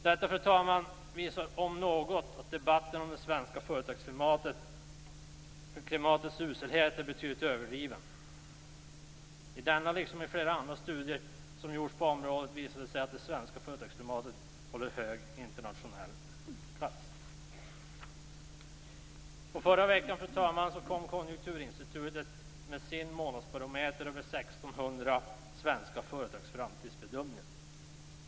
Detta om något, fru talman, visar att debatten om det svenska företagsklimatets uselhet är betydligt överdriven. I denna liksom i flera andra studier som gjorts på området visar det sig att det svenska företagsklimatet håller hög internationell klass. Förra veckan, fru talman, kom Konjunkturinstitutet med sin månadsbarometer över 1 600 svenska företags framtidsbedömningar.